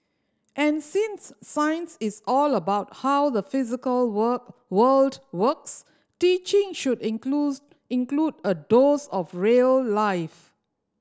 and since science is all about how the physical work world works teaching should includes include a dose of real life